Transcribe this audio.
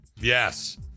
yes